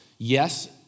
Yes